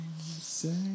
say